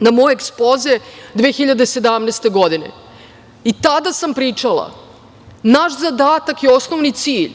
na moj ekspoze 2017. godine. Tada sam pričala da su naš zadatak i osnovni cilj